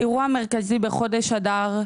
אירוע מרכזי בחדש אדר,